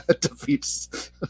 defeats